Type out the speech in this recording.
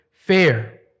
fair